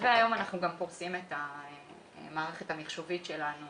והיום אנחנו גם פורסים את המערכת המחשובית שלנו